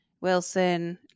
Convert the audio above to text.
Wilson